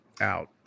out